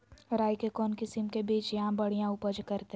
राई के कौन किसिम के बिज यहा बड़िया उपज करते?